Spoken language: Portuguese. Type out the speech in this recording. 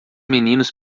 meninos